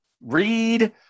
Read